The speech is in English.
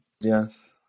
yes